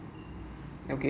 okay